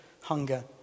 hunger